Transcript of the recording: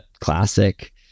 classic